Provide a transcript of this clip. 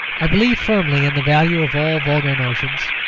i believe firmly in the value of all vulgar notions,